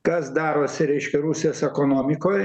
kas darosi reiškia rusijos ekonomikoj